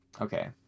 Okay